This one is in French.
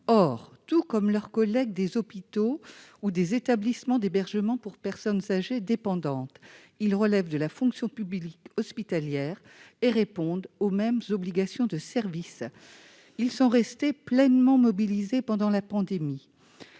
Or, tout comme leurs collègues des hôpitaux ou des établissements d'hébergement pour personnes âgées dépendantes (Ehpad), ils relèvent de la fonction publique hospitalière et sont soumis aux mêmes obligations de service. Ils sont restés pleinement mobilisés pendant la pandémie.